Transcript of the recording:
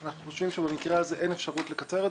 אנחנו חושבים שבמקרה הזה אין אפשרות לקצר את זה,